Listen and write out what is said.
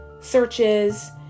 searches